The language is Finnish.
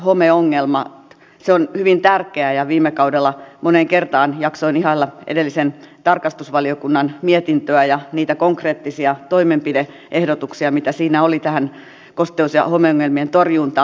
se on hyvin tärkeä ja viime kaudella moneen kertaan jaksoin ihailla edellisen talousvaliokunnan mietintöä ja niitä konkreettisia toimenpide ehdotuksia mitä siinä oli tähän kosteus ja homeongelmien torjuntaan